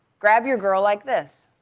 grab your girl like this.